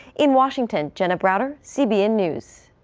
in washington, jenna browder, cbn news.